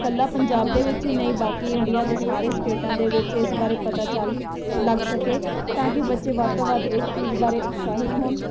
ਇਕੱਲਾ ਪੰਜਾਬ ਦੇ ਵਿੱਚ ਹੀ ਨਹੀਂ ਬਾਕੀ ਇੰਡੀਆ ਦੇ ਸਾਰੇ ਸਟੇਟਾਂ ਦੇ ਵਿੱਚ ਇਸ ਬਾਰੇ ਪਤਾ ਚੱਲ ਲੱਗ ਸਕੇ ਤਾਂ ਕੀ ਬੱਚੇ ਵੱਧ ਤੋਂ ਵੱਧ ਇਸ ਚੀਜ਼ ਬਾਰੇ ਉਤਸ਼ਾਹਿਤ ਹੋਣ